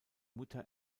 mutter